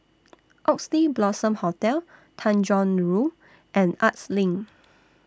Oxley Blossom Hotel Tanjong Rhu and Arts LINK